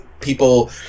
people